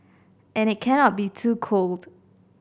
and it cannot be too cold